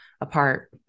apart